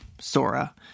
Sora